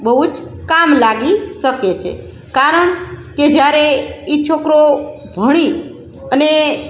બહુ જ કામ લાગી શકે છે કારણ કે જ્યારે એ છોકરો ભણી અને